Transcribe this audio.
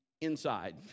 inside